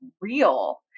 real